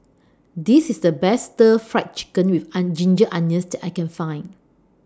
This IS The Best Stir Fried Chicken with Ginger Onions I Can Find